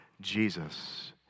Jesus